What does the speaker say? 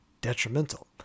detrimental